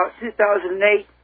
2008